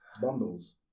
bundles